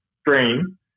stream